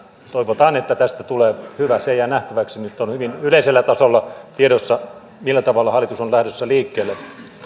toivotaan että tästä tulee hyvä se jää nähtäväksi nyt on hyvin yleisellä tasolla tiedossa millä tavalla hallitus on lähdössä liikkeelle